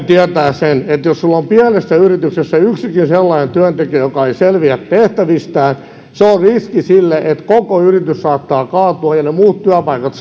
tietää sen että jos on pienessä yrityksessä yksikin sellainen työntekijä joka ei selviä tehtävistään se on riski sille että koko yritys saattaa kaatua ja ne muut työpaikat